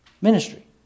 ministry